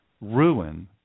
ruin